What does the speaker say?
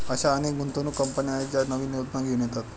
अशा अनेक गुंतवणूक कंपन्या आहेत ज्या नवीन योजना घेऊन येतात